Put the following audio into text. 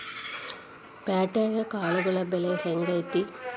ಪ್ಯಾಟ್ಯಾಗ್ ಕಾಳುಗಳ ಬೆಲೆ ಹೆಂಗ್ ಐತಿ?